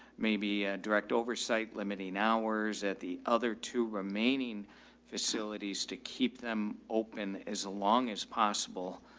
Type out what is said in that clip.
maybe a direct oversight limiting hours at the other two remaining facilities to keep them open as long as possible.